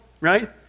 right